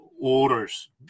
orders